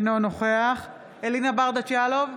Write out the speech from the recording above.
אינו נוכח אלינה ברדץ' יאלוב,